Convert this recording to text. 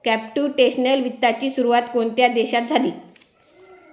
Computational वित्ताची सुरुवात कोणत्या देशात झाली?